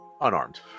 unarmed